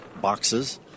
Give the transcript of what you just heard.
boxes